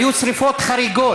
היו שרפות חריגות.